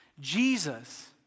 Jesus